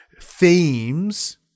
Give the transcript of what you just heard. themes